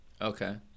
Okay